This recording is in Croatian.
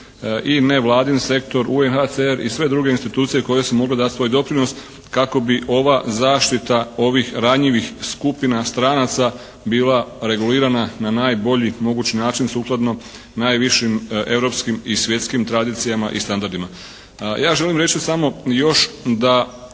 i nevladin sektor, UNHCR i sve druge institucije koje su mogle dati svoj doprinos kako bi ova zaštita ovih ranjivih skupina stranaca bila regulirana na najbolji mogući način sukladno najvišim europskim i svjetskim tradicijama i standardima. Ja želim reći samo još da